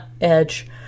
Edge